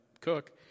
cook